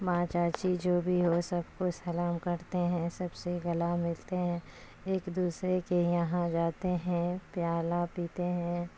ماں چاچی جو بھی ہو سب کو سلام کرتے ہیں سب سے گلا ملتے ہیں ایک دوسرے کے یہاں جاتے ہیں پیالا پیتے ہیں